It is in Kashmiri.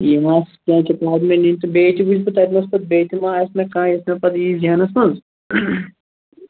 بیٚیہِ ما آسہِ تہٕ بیٚیہِ تہِ وُچھٕ بہٕ تَتہِ نَس پتہٕ بیٚیہِ تہِ ما آسہِ مےٚ کانٛہہ یۄس مےٚ پتہٕ یِیہِ ذہنَس منٛز